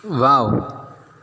wow